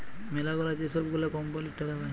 ম্যালাগুলা যে ছব গুলা কম্পালির টাকা পায়